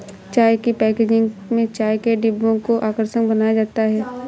चाय की पैकेजिंग में चाय के डिब्बों को आकर्षक बनाया जाता है